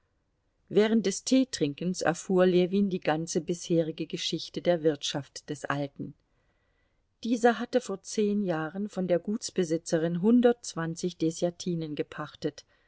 während des teetrinkens erfuhr ljewin die ganze bisherige geschichte der wirtschaft des alten dieser hatte vor zehn jahren von der gutsbesitzerin hundertzwanzig deßjatinen gepachtet